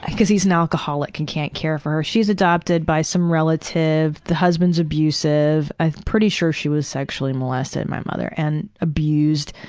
cause he's an alcoholic and can't care for her. she's adopted by some relative. the husband's abusive. i'm pretty sure she was sexually molested, my mother, and abused.